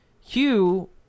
Hugh